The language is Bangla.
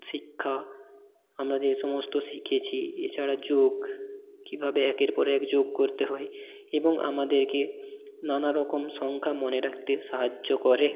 শিক্ষা আমরা যে সমস্ত শিখেছি এছাড়া যোগ কীভাবে একের পর এক যোগ করতে হয় এবং আমাদেরকে নানা রকম সংখ্যা মনে রাকতে সাহায্য করে